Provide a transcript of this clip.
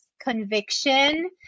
conviction